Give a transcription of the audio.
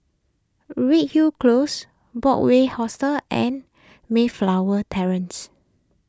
Redhill Close Broadway Hostel and Mayflower Terrace